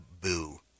boo